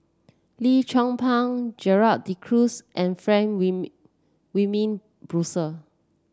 Lim Chong Pang Gerald De Cruz and Frank Wilmin Brewer